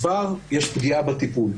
יש פגיעה בטיפול,